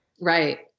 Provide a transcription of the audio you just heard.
Right